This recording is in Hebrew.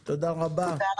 תודה.